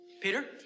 Peter